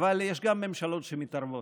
אבל יש גם ממשלות שמתערבות.